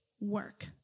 work